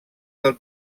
del